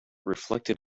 reflected